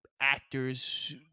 actors